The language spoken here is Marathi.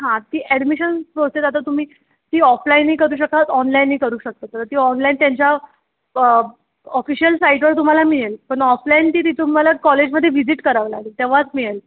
हां ती ॲडमिशन प्रोसेस आता तुम्ही ती ऑफलाईनही करू शकाल ऑनलाईनही करू शकता तर ती ऑनलाईन त्यांच्या ऑफिशियल साईटवर तुम्हाला मिळेल पण ऑफलाईन ती ती तुम्हाला कॉलेजमध्ये विझिट करावं लागेल तेव्हाच मिळेल